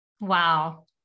Wow